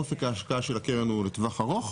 אופק ההשקעה של הקרן הוא לטווח ארוך,